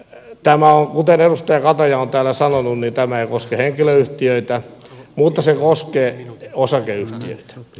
kuten edustaja kataja on täällä sanonut tämä ei koske henkilöyhtiöitä mutta se koskee osakeyhtiöitä